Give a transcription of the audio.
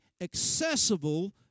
accessible